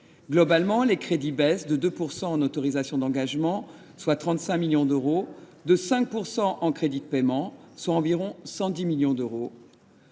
Globalement, ses crédits baissent de 2 % en autorisations d’engagement, ce qui représente 35 millions d’euros, et de 5 % en crédits de paiement, soit environ 110 millions d’euros.